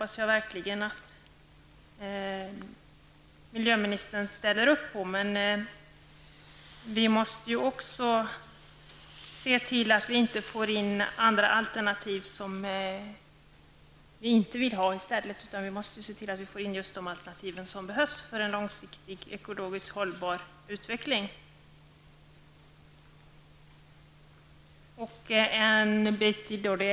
Jag hoppas verkligen att miljöministern ställer upp på det kravet. Dessutom är det nödvändigt att se till att icke önskvärda alternativ inte blir aktuella. Vi måste alltså se till att just sådana alternativ som behövs verkligen blir aktuella för att på det sättet möjliggöra en långsiktigt hållbar ekologisk utveckling.